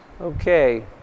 Okay